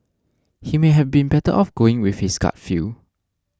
he may have been better off going with his gut feel